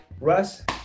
Russ